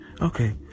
Okay